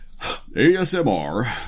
ASMR